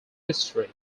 history